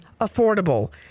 affordable